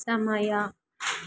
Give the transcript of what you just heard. ಸಮಯ